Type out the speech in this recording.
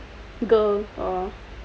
girls orh